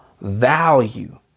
value